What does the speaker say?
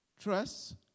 Trust